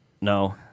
no